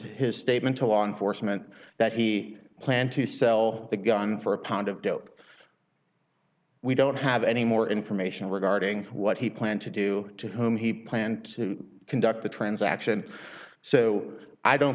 his statement to law enforcement that he planned to sell the gun for a pound of dope we don't have any more information regarding what he planned to do to whom he planned to conduct the transaction so i don't